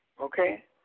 Okay